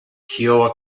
kiowa